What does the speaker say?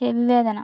ചെവി വേദന